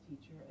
teacher